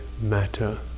matter